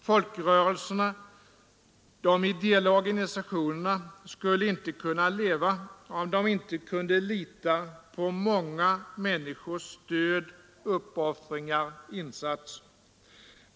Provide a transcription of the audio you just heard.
Folkrörelserna, de ideella organisationerna, skulle inte kunna leva om de inte kunde lita på många människors stöd, uppoffringar, insatser.